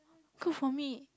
cook for me